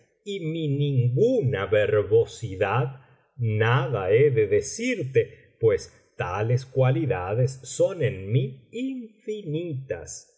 y mi ninguna verbosidad nada he de decirte pues tales cualidades son en mí infinitas